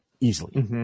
easily